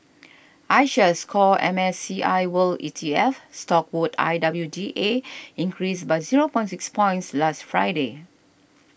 iShares Core M S C I world E T F stock code I W D A increased by zero point six points last Friday